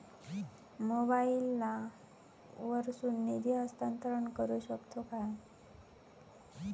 मोबाईला वर्सून निधी हस्तांतरण करू शकतो काय?